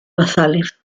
basales